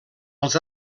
els